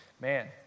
Man